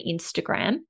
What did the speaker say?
Instagram